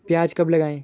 प्याज कब लगाएँ?